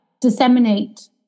disseminate